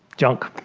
junk.